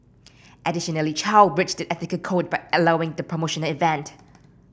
additionally Chow breached the ethical code by allowing the promotional event